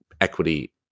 equity